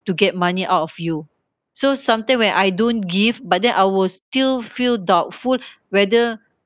to get money out of you so sometime when I don't give but then I was still feel doubtful whether